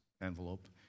envelope